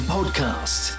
Podcast